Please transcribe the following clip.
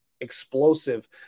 explosive